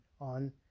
on